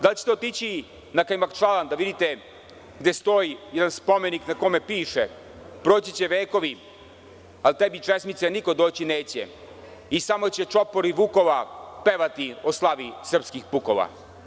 Da li ćete otići na Kajmakčalan da vidite gde stoji jedan spomenik na kome piše – proći će vekovi ali tebi česmice niko doći neće i samo će čopori vukova pevati o slavi srpskih pukova.